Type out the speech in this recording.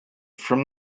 from